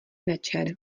večer